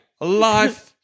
life